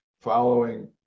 following